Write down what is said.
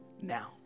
now